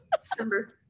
December